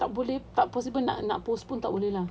tak boleh tak possible nak nak postpone tak boleh lah